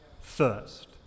first